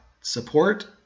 support